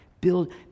Build